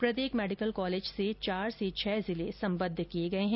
प्रत्येक medical college से चार से छह जिले संबद्ध किये गये हैं